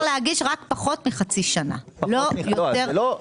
שאפשר להגיש רק פחות מחצי שנה, לא יותר.